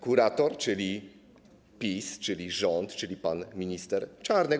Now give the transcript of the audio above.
Kurator, czyli PiS, czyli rząd, czyli pan minister Czarnek.